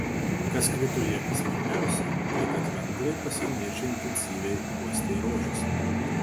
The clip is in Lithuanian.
kas krito į akis pirmiausia tai kad vengrai pasieniečiai intensyviai uostė rožes